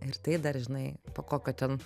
ir tai dar žinai po kokio ten